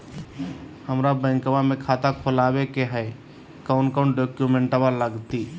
हमरा बैंकवा मे खाता खोलाबे के हई कौन कौन डॉक्यूमेंटवा लगती?